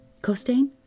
Costain